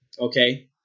okay